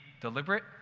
deliberate